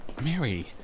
Mary